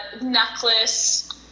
necklace